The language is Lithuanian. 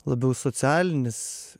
labiau socialinis